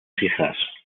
hijas